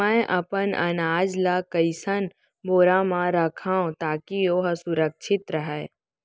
मैं अपन अनाज ला कइसन बोरा म रखव ताकी ओहा सुरक्षित राहय?